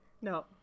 No